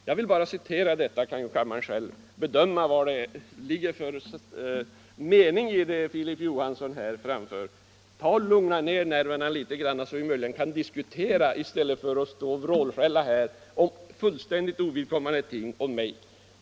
Jag vill bara citera detta, så kan kammaren själv bedöma vad det ligger för mening i vad Filip Johansson här anfört. Lugna ned nerverna litet, så att ni möjligen kan diskutera i stället för att stå här och vrålskälla på mig om fullständigt ovidkommande ting!